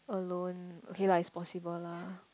alone okay lah is possible lah